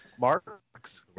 Marks